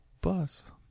bus